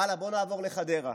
הלאה, בוא נעבור לחדרה,